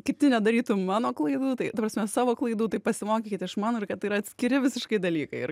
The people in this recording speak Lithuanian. kiti nedarytų mano klaidų tai ta prasme savo klaidų tai pasimokykit iš mano ir kad tai yra atskiri visiškai dalykai